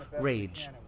rage